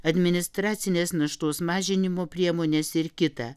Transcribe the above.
administracinės naštos mažinimo priemonės ir kita